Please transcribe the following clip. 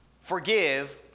forgive